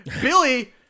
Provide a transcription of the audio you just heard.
Billy